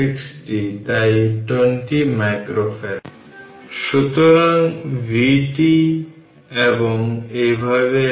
সুতরাং সেই সময় এটি হবে 6030 বাই 60 30 অর্থাৎ 90 তার মানে এটি আপনার 20 মাইক্রোফ্যারাড ইকুইভ্যালেন্ট হবে 20 মাইক্রোফ্যারাড যা Ceq হবে এবং এটিই উত্তর হবে